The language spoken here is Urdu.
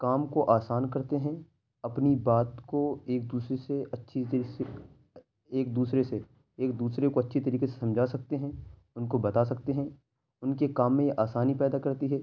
کام کو آسان کرتے ہیں اپنی بات کو ایک دوسرے سے اچّھی ایک دوسرے سے ایک دوسرے کو اچّھی طریقے سے سمجھا سکتے ہیں ان کو بتا سکتے ہیں ان کے کام میں آسانی پیدا کرتی ہے